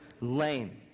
lame